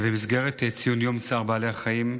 במסגרת ציון יום צער בעלי החיים,